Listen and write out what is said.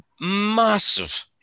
massive